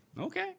Okay